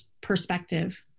perspective